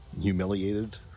humiliated